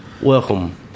welcome